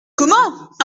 comment